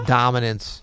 dominance